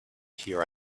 hear